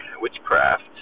witchcraft